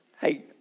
hey